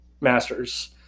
masters